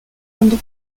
andrew